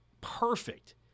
perfect